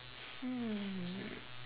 hmm